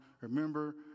Remember